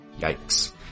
Yikes